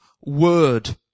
word